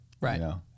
right